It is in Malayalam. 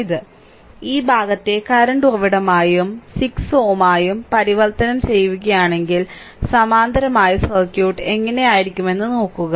ഇത് ഈ ഭാഗത്തെ കറന്റ് ഉറവിടമായും 6Ω ആയും പരിവർത്തനം ചെയ്യുകയാണെങ്കിൽ സമാന്തരമായി സർക്യൂട്ട് എങ്ങനെയായിരിക്കുമെന്ന് നോക്കുക